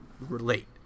relate